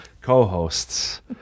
co-hosts